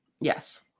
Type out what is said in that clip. Yes